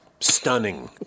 Stunning